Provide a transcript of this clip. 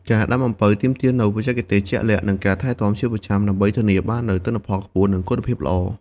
ការដាំអំពៅទាមទារនូវបច្ចេកទេសជាក់លាក់ និងការថែទាំជាប្រចាំ ដើម្បីធានាបាននូវទិន្នផលខ្ពស់ និងគុណភាពល្អ។